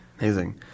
Amazing